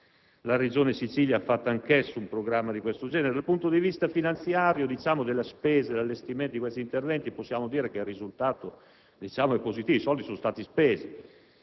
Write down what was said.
la Regione Sicilia ha predisposto un programma di questo genere. Dal punto di vista finanziario, della spesa e dell'allestimento di questi interventi, possiamo dire che il risultato è positivo, che i soldi sono stati spesi.